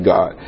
God